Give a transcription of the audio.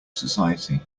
society